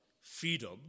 freedom